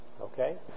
Okay